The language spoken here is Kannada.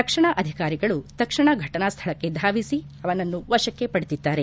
ರಕ್ಷಣಾ ಅಧಿಕಾರಿಗಳು ತಕ್ಷಣ ಘಟನಾ ಸ್ಥಳಕ್ಕೆ ಧಾವಿಸಿ ಅವನನ್ನು ವಶಕ್ಕೆ ಪಡೆದಿದ್ದಾರೆ